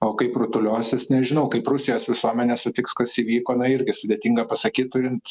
o kaip rutuliosis nežinau kaip rusijos visuomenė sutiks kas įvyko na irgi sudėtinga pasakyt turint